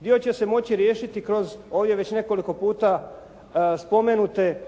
Dio će se moći riješiti ovdje već nekoliko puta spomenute